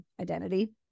identity